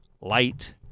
light